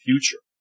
future